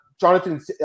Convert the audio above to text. Jonathan